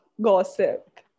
gossip